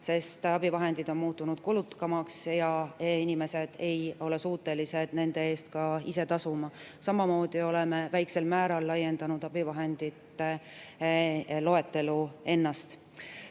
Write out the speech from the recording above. sest abivahendid on muutunud kulukamaks ja inimesed ei ole suutelised nende eest ise tasuma. Samamoodi oleme väiksel määral laiendanud abivahendite loetelu ennast.